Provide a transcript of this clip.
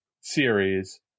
series